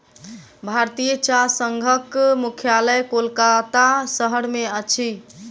भारतीय चाह संघक मुख्यालय कोलकाता शहर में अछि